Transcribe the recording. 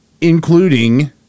including